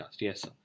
Yes